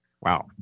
wow